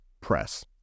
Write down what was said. press